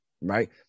Right